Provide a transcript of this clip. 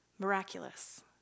Miraculous